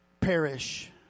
perish